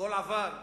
הכול עבר.